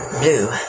blue